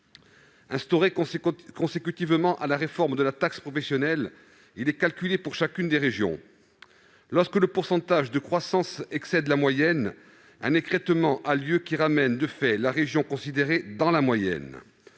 Instauré consécutivement à la réforme de la taxe professionnelle, ce fonds est calculé pour chacune des régions : lorsque le pourcentage de croissance excède la moyenne, un écrêtement est opéré qui ramène de fait la région considérée dans la moyenne